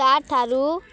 ତାଠାରୁ